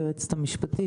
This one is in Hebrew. היועצת המשפטית,